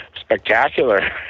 spectacular